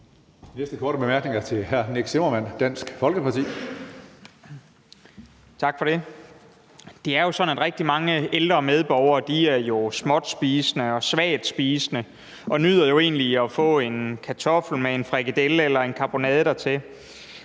næste korte bemærkning er til hr. Nick Zimmermann, Dansk Folkeparti. Kl. 19:45 Nick Zimmermann (DF): Tak for det. Det er jo sådan, at rigtig mange ældre medborgere er småtspisende og egentlig nyder at få en kartoffel med en frikadelle eller en karbonade til.